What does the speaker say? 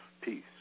peace